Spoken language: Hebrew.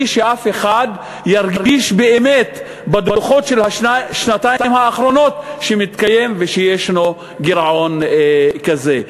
שאף אחד ירגיש בדוחות של השנתיים האחרונות שמתקיים ויש גירעון כזה.